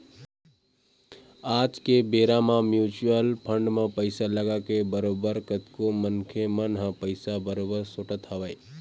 आज के बेरा म म्युचुअल फंड म पइसा लगाके बरोबर कतको मनखे मन ह पइसा बरोबर सोटत हवय